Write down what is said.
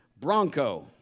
Bronco